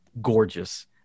gorgeous